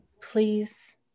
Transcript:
Please